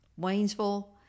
Waynesville